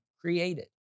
created